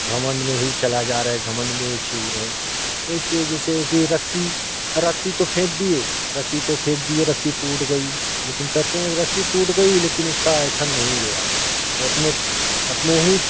घमंड में ही चला जा रहा है घमंड में चूर है ऐसे जैसे कि रस्सी रस्सी तो फेंक दिए रस्सी तो फेंक दी रस्सी टूट गई लेकिन कहते है रस्सी टूट गई लेकिन उसका ऐठन नहीं गया वो अपने अपने ही